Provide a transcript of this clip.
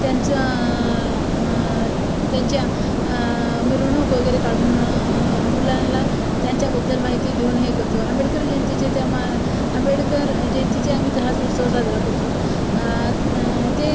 त्यांचं त्यांच्या मिरवणूक वगैरे काढून मुलांला त्यांच्याबद्दल माहिती देऊन हे करतो आंबेडकर जयंतीचे त्या मा आंबेडकर जयंतीचे आम्ही तसाच उत्सव साजरा करतो आहोत ते